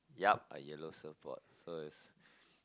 yup a yellow surfboard so it's